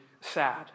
sad